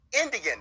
Indian